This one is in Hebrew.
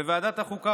בוועדת החוקה,